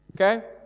Okay